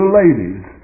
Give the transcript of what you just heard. ladies